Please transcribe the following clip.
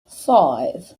five